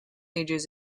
ages